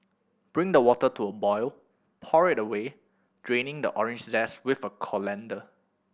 bring the water to a boil and pour it away draining the orange zest with a colander